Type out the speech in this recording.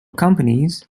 companies